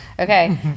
Okay